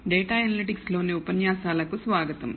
data analytics లోని ఉపన్యాసాలకు స్వాగతం